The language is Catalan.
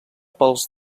pels